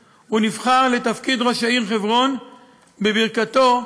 היושב-ראש, חברי חברי הכנסת,